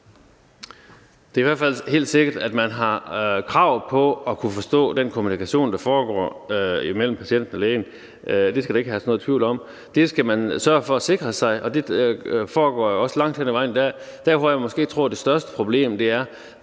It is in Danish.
Det er i hvert fald helt sikkert, at man har krav på at kunne forstå det, altså den kommunikation, der foregår imellem patienten og lægen. Det skal der ikke herske nogen tvivl om. Det skal man sørge for at sikre sig, og det foregår jo også langt hen ad vejen. Der, hvor jeg tror det største problem